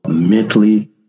mentally